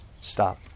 stop